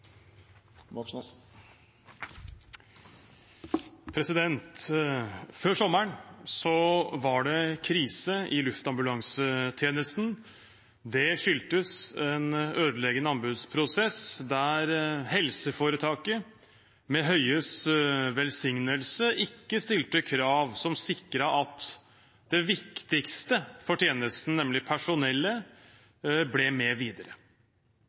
Før sommeren var det krise i luftambulansetjenesten. Det skyldtes en ødeleggende anbudsprosess, der helseforetaket, med statsråd Høies velsignelse, ikke stilte krav som sikret at det viktigste for tjenesten, nemlig personellet, ble med videre.